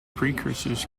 precursors